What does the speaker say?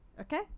Okay